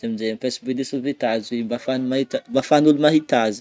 zegny amin'izay mampiasa bouillé de sauvetage mba afahany mahita mba ahafahan'ny ôlo mahita azy.